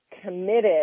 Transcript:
committed